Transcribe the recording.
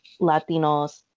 Latinos